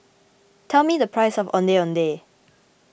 tell me the price of Ondeh Ondeh